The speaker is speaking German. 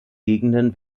gegenden